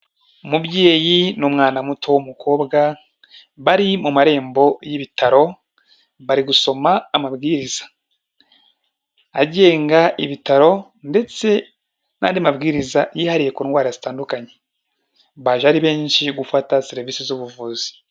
Umubyeyi n'umwana muto w'umukobwa bari mu marembo y'ibitaro bari gusoma amabwiriza agenga ibitaro ndetse n'andi mabwiriza yihariye ku ndwara zitandukanye, baje ari benshi gufata serivisi z'ubuvuzi.